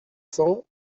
cents